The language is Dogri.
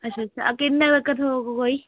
अच्छा अच्छा किन्ने तक्कर थ्होग कोई